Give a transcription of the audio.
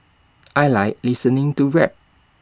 I Like listening to rap